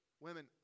women